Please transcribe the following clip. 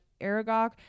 Aragog